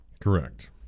Correct